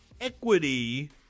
equity